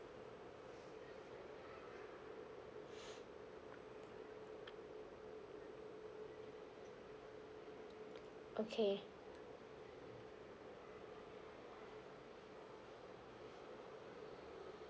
okay